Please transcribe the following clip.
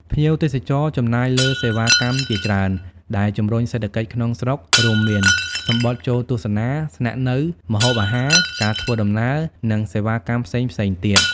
ភ្ញៀវទេសចរចំណាយលើសេវាកម្មជាច្រើន ដែលជំរុញសេដ្ឋកិច្ចក្នុងស្រុក រួមមាន សំបុត្រចូលទស្សនា ស្នាក់នៅ ម្ហូបអាហារ ការធ្វើដំណើរ និងសេវាកម្មផ្សេងៗទៀត។